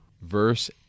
verse